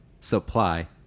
supply